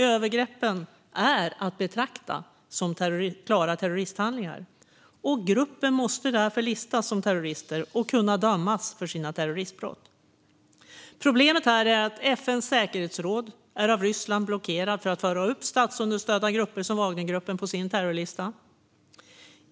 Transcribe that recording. Övergreppen är att betrakta som klara terroristhandlingar, och gruppen måste därför listas som terrorister och kunna dömas för sina terroristbrott. Problemet här är att FN:s säkerhetsråd är blockerat av Ryssland att föra upp statsunderstödda grupper som Wagnergruppen på sin terrorlista.